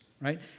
right